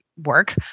work